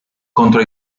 contro